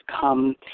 come